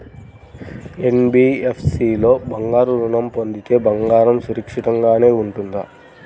NBFC లో బంగారు ఋణం పొందితే బంగారం సురక్షితంగానే ఉంటుందా?